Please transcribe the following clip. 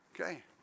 Okay